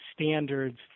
standards